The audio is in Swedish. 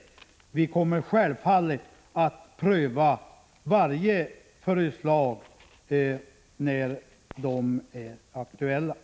Vi kommer självfallet att pröva varje förslagsom Prot. 1985/86:164